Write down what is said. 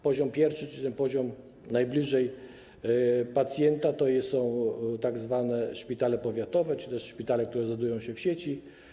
Poziom pierwszy, czyli ten poziom najbliżej pacjenta, to są tzw. szpitale powiatowe, czyli to są szpitale, które znajdują się w sieci.